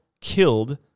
killed